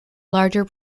larger